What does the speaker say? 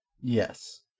Yes